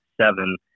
seven